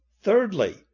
Thirdly